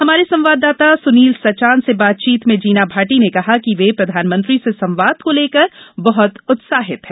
हमारे संवाददाता सुनील सचान से बातचीत में जीना भार्टी ने कहा कि वे प्रधानमंत्री से संवाद को लेकर बहुत उत्साहित हैं